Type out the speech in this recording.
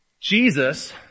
Jesus